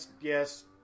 yes